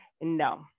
no